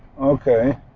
Okay